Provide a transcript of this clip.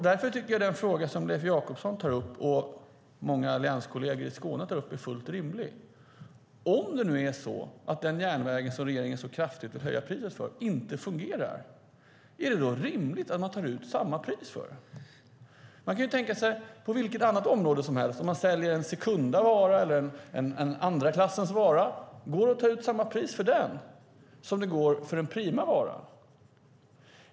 Därför tycker jag att den fråga som Leif Jakobsson, och många allianskolleger i Skåne, tar upp är fullt rimlig. Om det nu är så att den järnväg som regeringen så kraftigt vill höja priset för inte fungerar, är det då rimligt att ta ut samma pris för den? Vi kan tänka oss vilket annat område som helst där man säljer en sekunda vara eller en andra klassens vara: Går det att ta ut samma pris för den som för en prima vara?